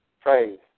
Praise